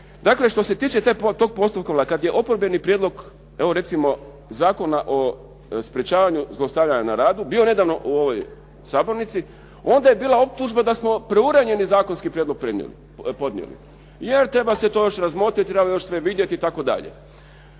Dakle, što se tiče tog postupka kad je oporbeni prijedlog evo recimo Zakona o sprječavanju zlostavljanja na radu bio nedavno u sabornici onda je bila optužba da smo preuranjeni zakonski prijedlog podnijeli jer treba se to još razmotriti, treba još sve vidjeti itd.